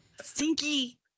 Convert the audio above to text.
Stinky